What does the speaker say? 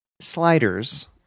sliders